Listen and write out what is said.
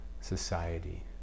society